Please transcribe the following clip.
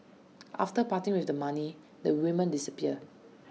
after parting with the money the women disappear